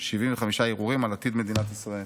75 הרהורים על עתיד מדינת ישראל.